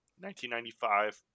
1995